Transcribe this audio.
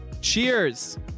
cheers